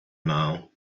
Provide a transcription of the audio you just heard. now